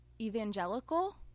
evangelical